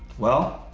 well,